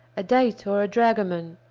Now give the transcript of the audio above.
a date or a dragoman,